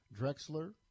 Drexler